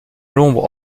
l’ombre